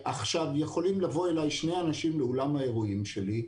יכולים לבוא אליי שני אנשים לאולם האירועים שלי,